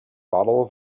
bottle